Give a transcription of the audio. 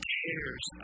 cares